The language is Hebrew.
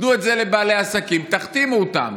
תנו את זה לבעלי עסקים ותחתימו אותם